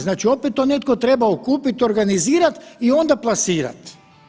Znači opet to netko treba okupiti, organizirati i onda plasirat.